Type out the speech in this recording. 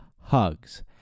hugs